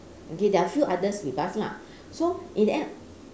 okay there are few others with us lah so in the end